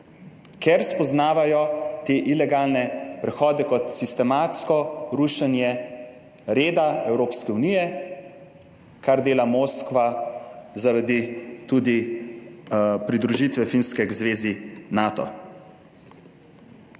ker spoznavajo te ilegalne prehode kot sistematsko rušenje reda Evropske unije, kar dela Moskva zaradi tudi pridružitve Finske k zvezi Nato.